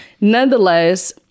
nonetheless